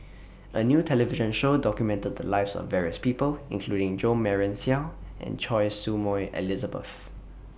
A New television Show documented The Lives of various People including Jo Marion Seow and Choy Su Moi Elizabeth